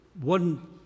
one